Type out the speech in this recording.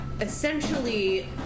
essentially